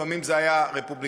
לפעמים זה היה רפובליקני,